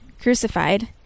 crucified